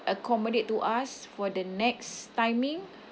accommodate to us for the next timing